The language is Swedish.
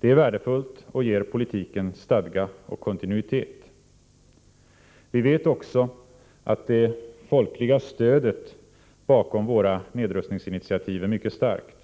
Det är värdefullt och ger politiken stadga och kontinuitet. Vi vet också att det folkliga stödet bakom våra nedrustningsinitiativ är mycket starkt.